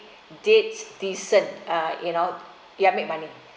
did decent uh you know ya make money